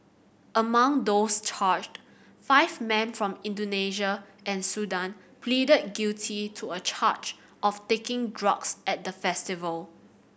among those charged five men from Indonesia and Sudan pleaded guilty to a charge of taking drugs at the festival